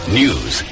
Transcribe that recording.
news